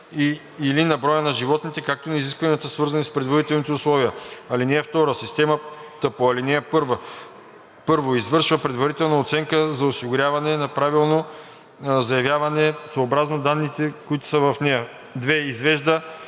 или на броя на животните, както и на изискванията, свързани с предварителните условия. (2) Системата по ал. 1: 1. извършва предварителни проверки за осигуряване на правилно заявяване съобразно данните, които са в нея; 2. извежда